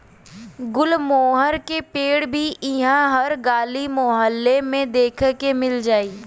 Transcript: गुलमोहर के पेड़ भी इहा हर गली मोहल्ला में देखे के मिल जाई